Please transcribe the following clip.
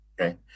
Okay